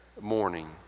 morning